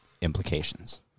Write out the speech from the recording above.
implications